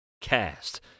cast